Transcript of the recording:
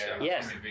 Yes